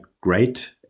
Great